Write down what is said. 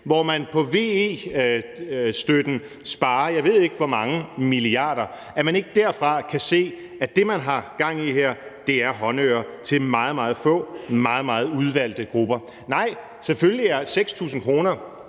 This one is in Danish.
hvor man på VE-støtten sparer, jeg ved ikke hvor mange milliarder, ikke kan se, at det, man har gang i her, er håndører til nogle meget, meget få meget, meget udvalgte grupper. Nej, selvfølgelig er 6.000 kr.